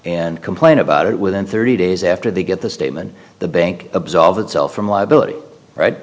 and complain about it within thirty days after they get the statement the bank absolve itself from liability